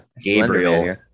Gabriel